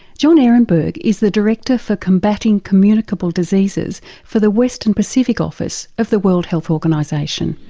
john ehrenberg is the director for combating communicable diseases for the western pacific office of the world health organisation.